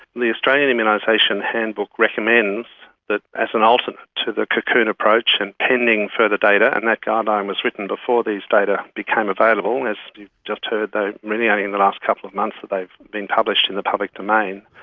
the australian immunisation handbook recommends that as an alternate to the cocoon approach and pending further data, and that guideline was written before these data became available and, as you've just heard, it's really only in the last couple of months that they've been published in the public domain,